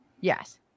yes